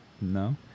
No